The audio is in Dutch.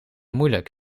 moeilijk